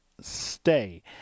Stay